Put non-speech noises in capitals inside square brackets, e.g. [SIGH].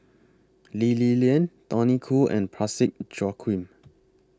Lee Li Lian Tony Khoo and Parsick [NOISE] Joaquim